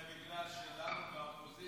זה בגלל --- באופוזיציה,